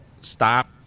stop